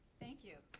thank you.